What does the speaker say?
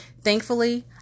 Thankfully